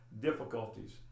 difficulties